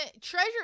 Treasure